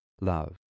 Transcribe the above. love